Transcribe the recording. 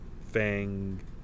Fang